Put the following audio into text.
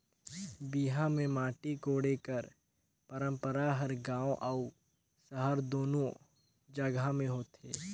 बिहा मे माटी कोड़े कर पंरपरा हर गाँव अउ सहर दूनो जगहा मे होथे